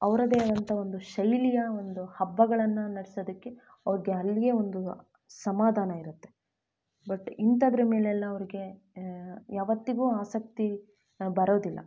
ಅವರದೇ ಆದಂಥ ಒಂದು ಶೈಲಿಯ ಒಂದು ಹಬ್ಬಗಳನ್ನು ನಡ್ಸೋದಕ್ಕೆ ಅವ್ರಿಗೆ ಅಲ್ಲಿಯೇ ಒಂದು ಸಮಾಧಾನ ಇರುತ್ತೆ ಬಟ್ ಇಂಥದ್ರ ಮೇಲೆಲ್ಲ ಅವ್ರಿಗೆ ಯಾವತ್ತಿಗೂ ಆಸಕ್ತಿ ನ ಬರೋದಿಲ್ಲ